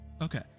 Okay